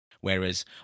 Whereas